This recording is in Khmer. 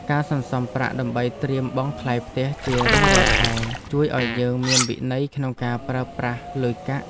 ការសន្សំប្រាក់ដើម្បីត្រៀមបង់ថ្លៃផ្ទះជារៀងរាល់ខែជួយឱ្យយើងមានវិន័យក្នុងការប្រើប្រាស់លុយកាក់។